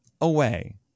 away